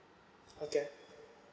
okay